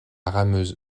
rameuse